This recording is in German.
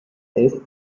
elf